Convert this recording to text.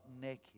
naked